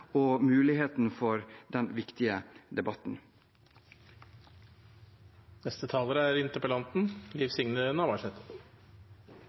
og for muligheten for denne viktige debatten.